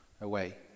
away